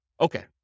Okay